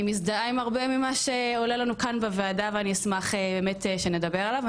מזדהה עם הרבה ממה שעולה לנו כאן בוועדה ואני אשמח באמת שנדבר עליו.